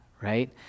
right